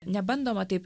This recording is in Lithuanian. nebandoma taip